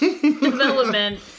development